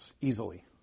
easily